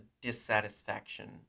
dissatisfaction